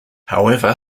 however